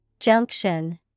Junction